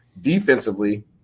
Defensively